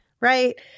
right